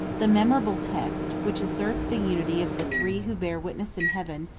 the memorable text, which asserts the unity of the three who bear witness in heaven,